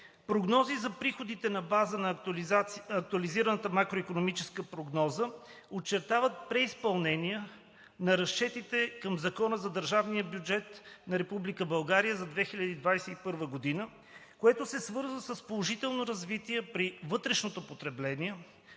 Прогнози за приходите на база на актуализираната макроикономическа прогноза очертават преизпълнение на разчетите към Закона за държавния бюджет на Република България за 2021 г., което се свързва с положителното развитие при вътрешното потребление,